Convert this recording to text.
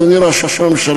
אדוני ראש הממשלה,